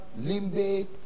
Limbe